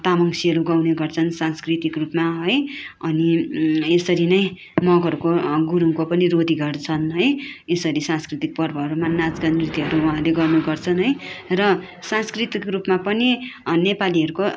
तामाङ सेलो गाउने गर्छन सांस्कृतिक रूपमा है अनि यसरी नै मगरको गुरुङको पनि रोदी घर छन् है यसरी सांस्कृतिक पर्वहरूमा नाचगान नृत्यहरू उहाँले गर्ने गर्छन् है र सांस्कृतिक रूपमा पनि नेपालीहरूको